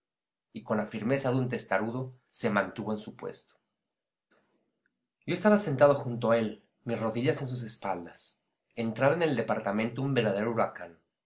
y con la firmeza de un testarudo se mantuvo en su puesto yo estaba sentado junto a él mis rodillas en sus espaldas entraba en el departamento un verdadero huracán